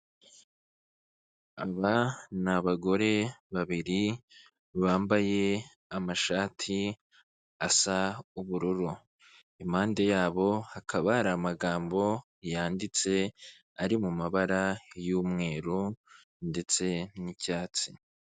Aba ni abagore babiri bambaye amashati asa ubururu, impande yabo hakaba hari amagambo yanditse ari mu mabara y'umweru ndetse n'icyatsi.